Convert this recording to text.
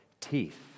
teeth